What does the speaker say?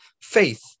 faith